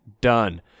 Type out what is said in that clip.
done